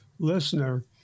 listener